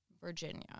Virginia